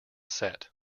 set